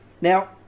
Now